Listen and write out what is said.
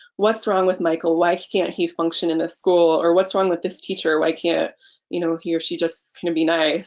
what's wrong with michael why can't he function in this school or what's wrong with this teacher why can't you know he or she just gonna be nice